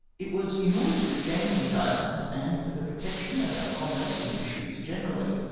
it was in order to regain these islands, and for the protection of our commerce and fisheries generally,